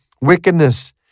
wickedness